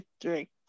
district